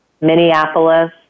Minneapolis